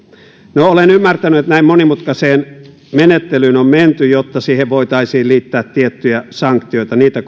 no olen ymmärtänyt että näin monimutkaiseen menettelyyn on menty jotta siihen voitaisiin liittää tiettyjä sanktioita niitä